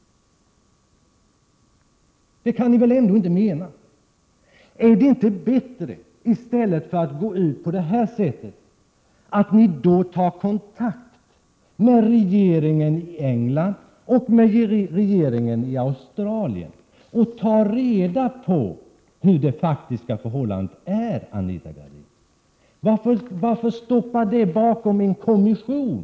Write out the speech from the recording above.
Det kan ni väl ändå inte mena. Är det inte bättre att ni, i stället för att agera så här, tar kontakt med regeringarna i England och Australien och försöker få vetskap om de faktiska förhållandena, Anita Gradin? Varför gömma det hela bakom en kommission?